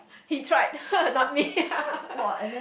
he tried not me